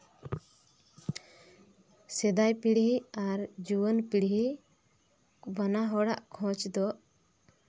ᱥᱮᱫᱟᱭ ᱯᱤᱲᱦᱤ ᱟᱨ ᱡᱩᱣᱟᱹᱱ ᱯᱤᱲᱦᱤ ᱵᱟᱱᱟ ᱦᱚᱲᱟᱜ ᱠᱷᱚᱡ ᱫᱚ